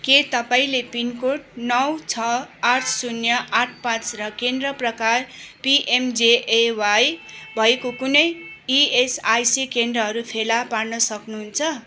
के तपाईँले पिनकोड नौ छ आठ शून्य आठ पाँच र केन्द्र प्रकार पिएमजेएवाई भएको कुनै इएसआइसी केन्द्रहरू फेला पार्न सक्नुहुन्छ